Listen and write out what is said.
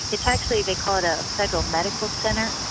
it's actually they call it a psychomedical center,